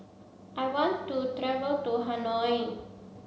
I want to travel to Hanoi